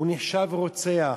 הוא נחשב רוצח.